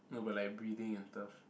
no but like breathing and stuff